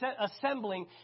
assembling